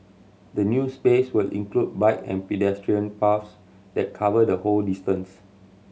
the new space will include bike and pedestrian paths that cover the whole distance